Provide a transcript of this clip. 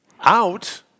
out